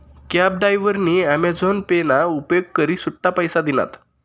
cab डायव्हरनी Amazon Pay ना उपेग करी सुट्टा पैसा दिनात